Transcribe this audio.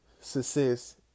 success